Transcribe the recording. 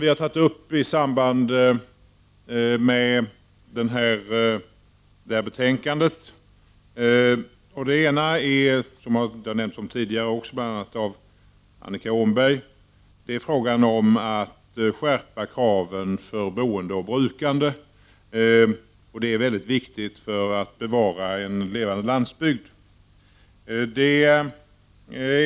Vi vill peka på två saker i betänkandet, nämligen till att börja med frågan om att skärpa kraven för boende och brukande, något som redan har berörts av bl.a. Annika Åhnberg. Det är mycket viktigt för att bevara en levande landsbygd.